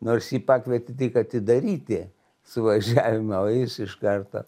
nors jį pakvietė tik atidaryti suvažiavimą o jis iš karto